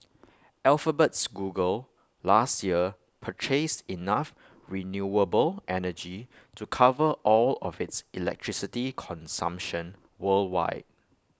Alphabet's Google last year purchased enough renewable energy to cover all of its electricity consumption worldwide